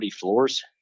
floors